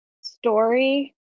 story